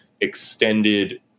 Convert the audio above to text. extended